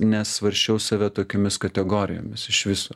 nesvarsčiau save tokiomis kategorijomis iš viso